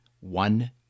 one